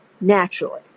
naturally